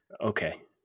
Okay